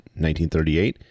1938